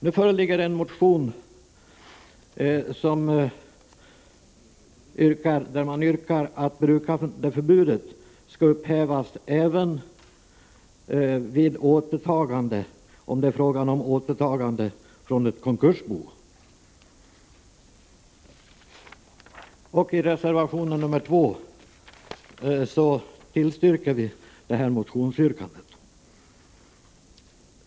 Nu föreligger en motion i vilken yrkas att brukandeförbudet skall upphävas även vid återtagande från ett konkursbo. I reservation 2 tillstyrker vi detta motionsyrkande.